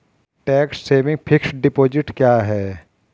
Tax saving fixed deposit क्या है?